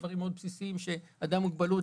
אלה דברים מאוד בסיסיים שאדם עם מוגבלות,